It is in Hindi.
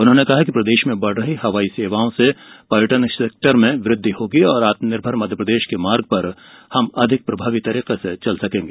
उन्होंने कहा है कि प्रदेश में बढ़ रही हवाई सेवाओं से पर्यटन सेक्टर में वृद्धि होगी और आत्म निर्भर मध्यप्रदेश के मार्ग पर हम अधिक प्रभावी तरीके से चल सकेंगे